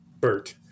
Bert